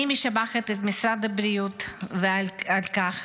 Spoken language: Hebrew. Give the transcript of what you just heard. אני משבחת את משרד הבריאות על כך,